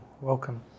Welcome